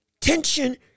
tension